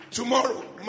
tomorrow